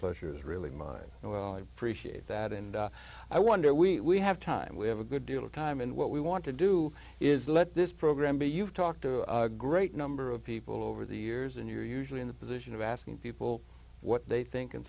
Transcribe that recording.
pleasure is really mine and well i appreciate that and i wonder we have time we have a good deal of time and what we want to do is let this program be you've talked to a great number of people over the years and you're usually in the position of asking people what they think and